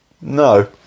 no